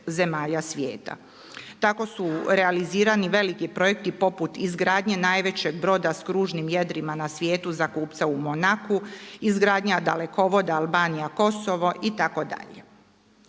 Tako su realizirani veliki projekt poput izgradnje najvećeg broda s kružnim jedrima na svijetu za kupca u Monacu, izgradnja dalekovoda Albanija – Kosovo itd.